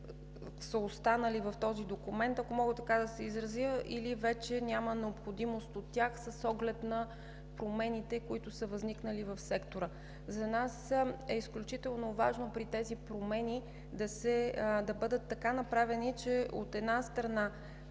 са останали в този документ, ако мога така да се изразя, или вече няма необходимост от тях с оглед на промените, които са възникнали в сектора. За нас е изключително важно тези промени да бъдат така направени, че, от една страна,